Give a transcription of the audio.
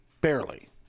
barely